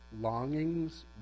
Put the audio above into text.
Longings